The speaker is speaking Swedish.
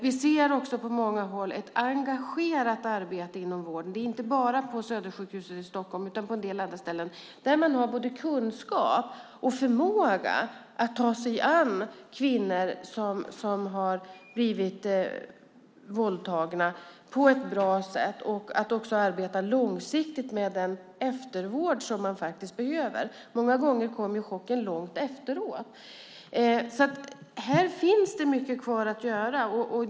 Vi ser också på många håll ett engagerat arbete inom vården, inte bara på Södersjukhuset i Stockholm utan också på en del andra ställen, där man har både kunskap och förmåga att på ett bra sätt ta sig an kvinnor som har blivit våldtagna och att också arbeta långsiktigt med den eftervård som de behöver. Många gånger kommer ju chocken långt efteråt. Här finns det mycket kvar att göra.